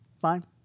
fine